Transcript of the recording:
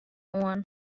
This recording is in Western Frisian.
oan